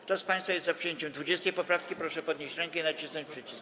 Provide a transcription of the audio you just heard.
Kto z państwa jest za przyjęciem 20. poprawki, proszę podnieść rękę i nacisnąć przycisk.